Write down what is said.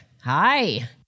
hi